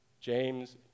James